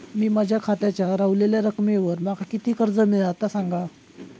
मी माझ्या खात्याच्या ऱ्हवलेल्या रकमेवर माका किती कर्ज मिळात ता सांगा?